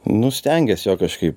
nu stengiuos jo kažkaip